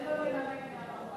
תן לו לנמק מהמקום.